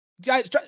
Guys